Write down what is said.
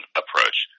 approach